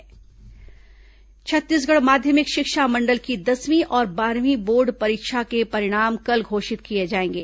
board परीक्षा परिणाम छत्तीसगढ़ माध्यमिक शिक्षा मंडल की दसवीं और बारहवीं बोर्ड परीक्षा के परिणाम कल घोषित किए जाएंगे